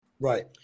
Right